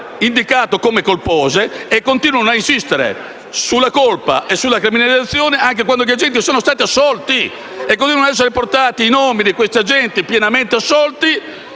indicato come colpose (e continuava ad insistere sulla colpa e sulla criminalizzazione anche quando gli agenti erano stati assolti). Continuano ad essere riportati i nomi di questi agenti pienamente assolti,